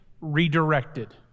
redirected